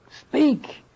speak